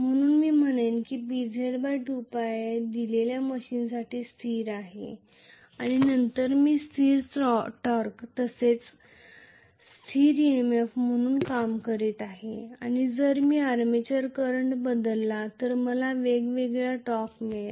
म्हणून मी म्हणेन की PZ 2πa दिलेल्या मशीनसाठी स्थिर आहे आणि नंतर मी स्थिर टॉर्क तसेच स्थिर EMF म्हणून काम करत आहे आणि जर मी आर्मेचर करंट बदलला तर मला वेगळा टॉर्क मिळेल